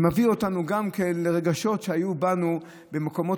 זה מביא אותנו גם לרגשות שהיו בנו במקומות